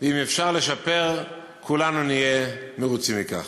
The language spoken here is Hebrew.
אם אפשר לשפר, כולנו נהיה מרוצים מכך.